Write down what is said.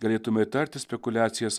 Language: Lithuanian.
galėtume įtarti spekuliacijas